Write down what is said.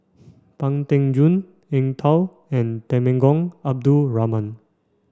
Pang Teck Joon Eng Tow and Temenggong Abdul Rahman